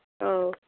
औ